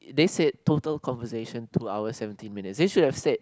they said total conversation two hours seventeen minutes they should have said